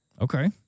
Okay